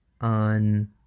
on